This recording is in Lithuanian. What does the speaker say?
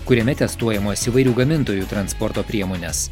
kuriame testuojamos įvairių gamintojų transporto priemonės